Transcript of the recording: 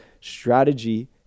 strategy